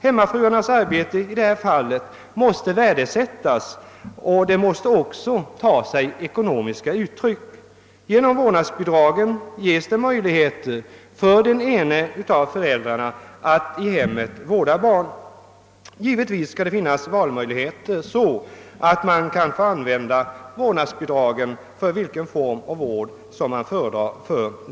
Hemmakvinnornas arbete i detta sammanhang måste värdesättas och detta måste också ta sig ekonomiska uttryck. Genom vårdnadsbidraget ges möjligheter för den ene av föräldrarna att vårda barnen i hemmet. Givetvis skall det finnas valmöjligheter, så att vårdnadsbidragen får användas för den form av vård som föredras.